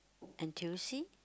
N_T_U_C